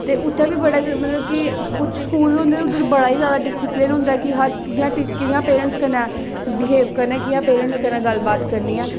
ते उत्थें बी मतलब बड़ा के कुछ स्कूल होने के बड़ा ई मतलब डिस्पलिन होंदा के कि'यां पेरेंट्स कन्नै बिहेव करना कि'यां पेरेंट्स कन्नै गल्ल बात करनी ऐ